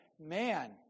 Man